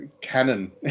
canon